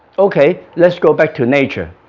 okay. let's go back to nature